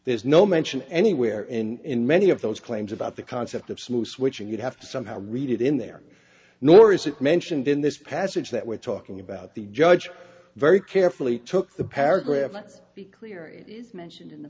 there's no mention anywhere in many of those claims about the concept of smooth switching you'd have to somehow read it in there nor is it mentioned in this passage that we're talking about the judge very carefully took the paragraph let's be clear it is mentioned in the